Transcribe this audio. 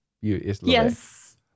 yes